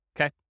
okay